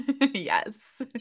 yes